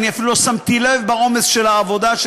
אני אפילו לא שמתי לב בעומס של העבודה של